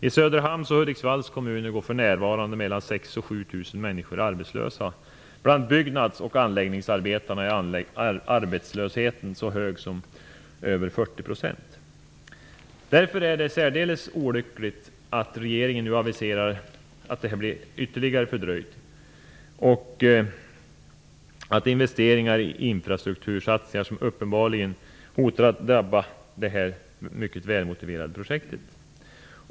I Söderhamns och Hudiksvalls kommuner går för närvarande mellan 6 000 och 7 000 människor arbetslösa. Bland byggnads och anläggningsarbetarna är arbetslösheten så hög som över 40 %. Därför är det särdeles olyckligt att regeringen nu aviserar att projektet blir ytterligare fördröjt genom att investeringarna i infrastruktursatsningar minskar, vilket uppenbarligen hotar att drabba det här mycket välmotiverade projektet.